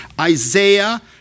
Isaiah